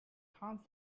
harms